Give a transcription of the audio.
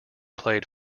played